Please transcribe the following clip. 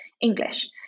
English